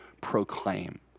proclaim